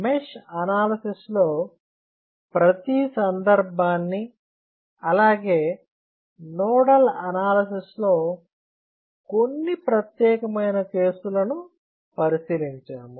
mesh analysis లో ప్రతి సందర్భాన్ని అలాగే నోడల్ అనాలసిస్ లో కొన్ని ప్రత్యేకమైన కేసు లను పరిశీలించాము